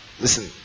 Listen